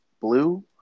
blue